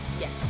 yes